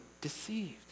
deceived